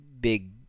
big